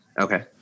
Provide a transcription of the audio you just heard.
Okay